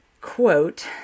quote